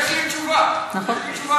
יש לי תשובה, יש לי תשובה.